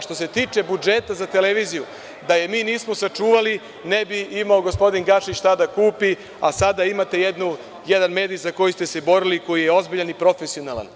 Što se tiče budžeta za televiziju, da je mi nismo sačuvali, ne bi imao gospodin Gašić šta da kupi, a sada imate jedan mediji za koji ste se borili, koji je ozbiljan i profesionalan.